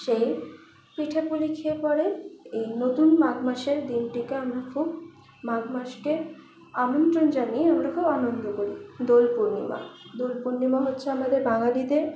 সেই পিঠে পুলি খেয়ে পরে এই নতুন মাঘ মাসের দিনটিকে আমরা খুব মাঘ মাসকে আমন্ত্রণ জানিয়ে আমরা খুব আনন্দ করি দোল পূর্ণিমা দোল পূর্ণিমা হচ্ছে আমাদের বাঙালিদের